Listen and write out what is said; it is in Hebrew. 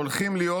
שהולכים להיות,